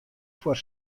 foar